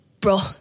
bro